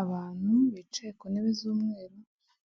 Abantu bicaye ku ntebe z'umweru